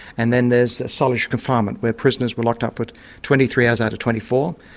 and then there's solitary confinement where prisoners were locked up but twenty three hours out of twenty four.